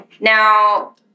Now